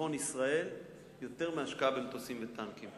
לביטחון ישראל יותר ממטוסים וטנקים.